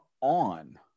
on